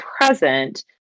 present